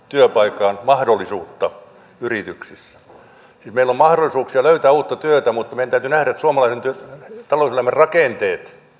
työpaikan mahdollisuutta yrityksissä siis meillä on mahdollisuuksia löytää uutta työtä mutta meidän täytyy nähdä että suomalaisen talouselämän rakenteet